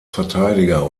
verteidiger